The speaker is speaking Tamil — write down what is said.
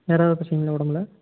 வேறு எதாவது பிரச்சனைங்களா உடம்பில்